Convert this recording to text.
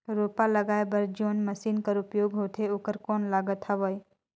रोपा लगाय बर जोन मशीन कर उपयोग होथे ओकर कौन लागत हवय?